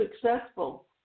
successful